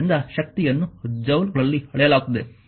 ಆದ್ದರಿಂದ ಶಕ್ತಿಯನ್ನು ಜೌಲ್ಗಳಲ್ಲಿ ಅಳೆಯಲಾಗುತ್ತದೆ